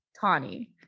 Tawny